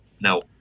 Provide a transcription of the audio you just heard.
Now